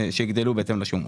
שיגדלו בהתאם לשומה.